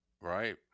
right